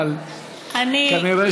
אבל כנראה,